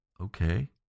Okay